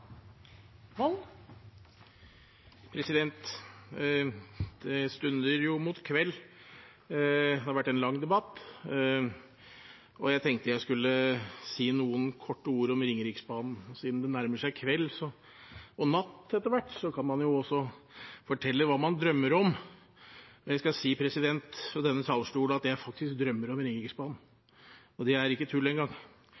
Det stunder mot kveld. Det har vært en lang debatt, og jeg tenkte jeg skulle si noen få ord om Ringeriksbanen. Siden det nærmer seg kveld, og etter hvert natt, kan man jo også fortelle hva man drømmer om, og jeg skal si, fra denne talerstol, at jeg faktisk drømmer om